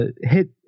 hit